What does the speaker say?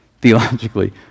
theologically